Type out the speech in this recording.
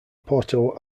porto